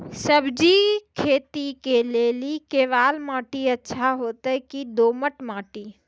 सब्जी खेती के लेली केवाल माटी अच्छा होते की दोमट माटी?